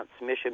Mission